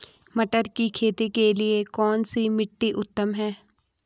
मटर की खेती के लिए कौन सी मिट्टी उत्तम है?